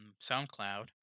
SoundCloud